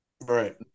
Right